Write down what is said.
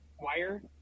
wire